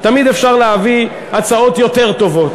תמיד אפשר להביא הצעות יותר טובות,